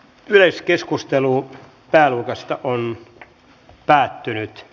yleiskeskusteluun pääluokasta on päättynyt